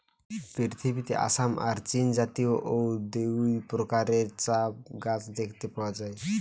পৃথিবীতে আসাম আর চীনজাতীয় অউ দুই প্রকারের চা গাছ দেখতে পাওয়া যায়